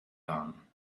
done